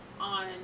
on